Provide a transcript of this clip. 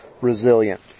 resilient